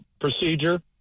procedure